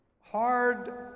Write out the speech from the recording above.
hard